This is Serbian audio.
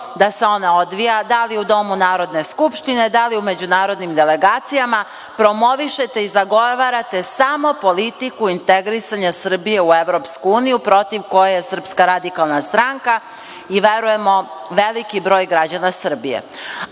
da se ona odvija, da li u Domu narodne skupštine, da li u međunarodnim delegacijama, promovišete i zagovarate samo politiku integrisanja Srbije u EU, protiv koje je SRS i verujemo veliki broj građana Srbije.A